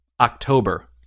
October